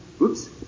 Oops